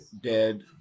dead